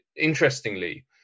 interestingly